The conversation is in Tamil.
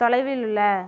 தொலைவில் உள்ள